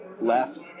left